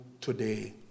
today